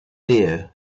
deer